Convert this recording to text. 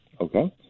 Okay